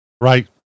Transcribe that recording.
Right